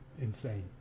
insane